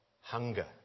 hunger